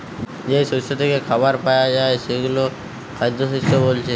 যেই শস্য থিকে খাবার পায়া যায় সেগুলো খাদ্যশস্য বোলছে